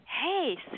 hey